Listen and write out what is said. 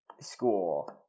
school